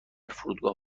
فرودگاه